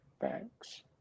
thanks